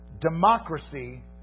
democracy